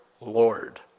Lord